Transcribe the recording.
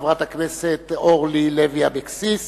חברת הכנסת אורלי לוי אבקסיס,